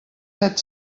set